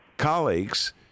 colleagues